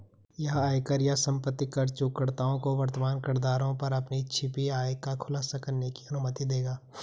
यह आयकर या संपत्ति कर चूककर्ताओं को वर्तमान करदरों पर अपनी छिपी आय का खुलासा करने की अनुमति देगा